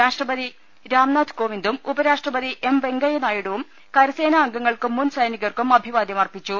രാഷ്ട്രപതി രാം നാഥ് കോവിന്ദും ഉപരാഷ്ട്രപതി എം വെങ്കയ്യനായിഡുവും കരസേനാ അംഗങ്ങൾക്കും മുൻ സൈനികർക്കും അഭിവാദ്യം അർപ്പിച്ചു